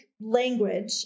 language